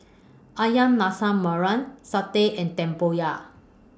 Ayam Masak Merah Satay and Tempoyak